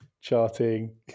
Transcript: Charting